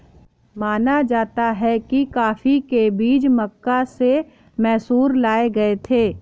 माना जाता है कि कॉफी के बीज मक्का से मैसूर लाए गए थे